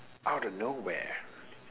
out of nowhere